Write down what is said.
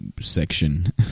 section